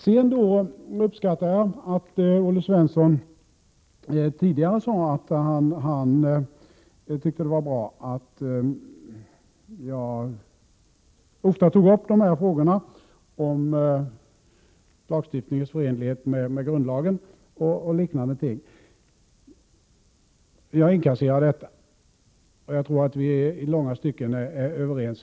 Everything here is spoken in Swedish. Jag uppskattar att Olle Svensson tidigare sade att han anser att det är bra att jag ofta tar upp frågorna om lagstiftningens förenlighet med grundlagen och liknande frågor. Jag inkasserar detta. Jag tror att vi i långa stycken här är överens.